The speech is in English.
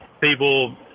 people